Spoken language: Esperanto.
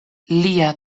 lia